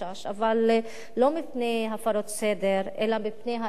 אבל לא מפני הפרות סדר אלא מפני האמת